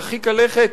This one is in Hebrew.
מרחיק הלכת,